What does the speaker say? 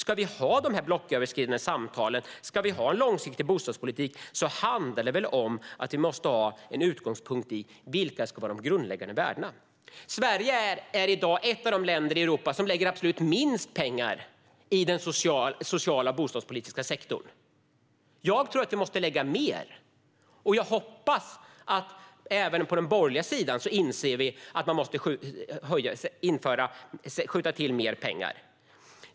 Om vi ska ha blocköverskridande samtal och en långsiktig bostadspolitik måste vi ha en utgångspunkt i vilka värden som ska vara grundläggande. Sverige är i dag ett av de länder i Europa som lägger absolut minst pengar på den sociala bostadspolitiska sektorn. Jag tror att vi måste lägga mer, och jag hoppas att även den borgerliga sidan inser att vi måste skjuta till mer pengar.